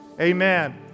amen